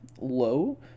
low